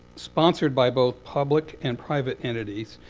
sponsored by both public and private entities,